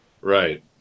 Right